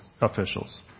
officials